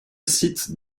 site